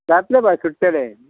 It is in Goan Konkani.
जातलो बाय सुट्टले